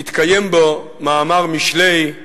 מתקיים בו מאמר משלי: